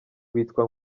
witwa